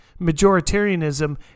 majoritarianism